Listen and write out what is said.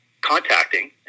contacting